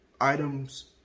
items